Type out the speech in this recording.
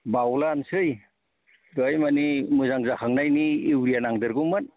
बावलायानोसै बेवहाय मानि मोजां जाखांनायनि इउरिया नांदेर गौमोन